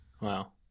Wow